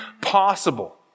possible